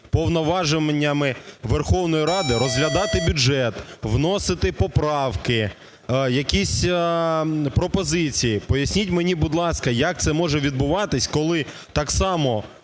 повноваженнями Верховної Ради розглядати бюджет, вносити поправки, якісь пропозиції, поясніть мені, будь ласка, як це може відбуватись, коли так само